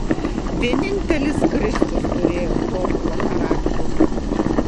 vienintelis kristus turėjo tobulą charakterį